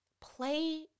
Play